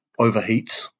overheats